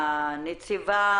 מהנציבה,